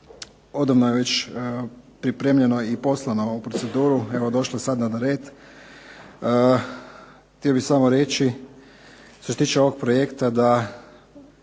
Odavno je već pripremljeno i poslano u proceduru, evo došlo je sad na red. Htio bih samo reći, što se tiče ovog projekta da